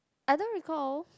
I don't recall